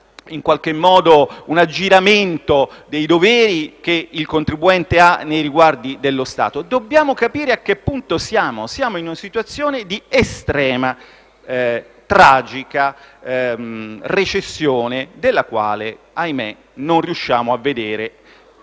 sociale o come un aggiramento dei doveri che il contribuente ha nei riguardi dello Stato. Dobbiamo capire a che punto siamo: siamo in una situazione di estrema, tragica recessione, della quale - ahimè - non riusciamo a vedere